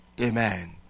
Amen